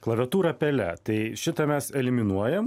klaviatūrą pele tai šitą mes eliminuojam